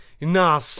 Nah